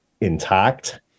intact